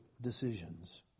decisions